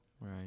Right